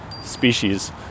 species